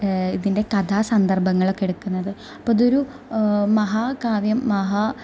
ഇതിന്റെ കഥാസന്ദര്ഭങ്ങളൊക്കെ എടുക്കുന്നത് അപ്പോൾ ഇതൊരു മഹാകാവ്യം മഹാ